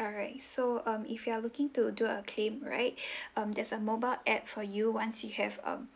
alright so um if you are looking to do a claim right um there's a mobile app for you once you have um